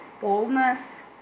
boldness